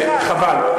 חבל,